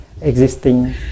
existing